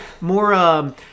more